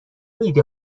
ایده